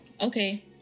Okay